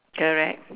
correct